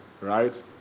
right